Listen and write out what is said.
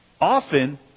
often